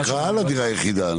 הוא נקרא על הדירה היחידה.